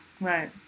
Right